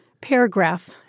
paragraph